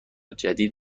جدید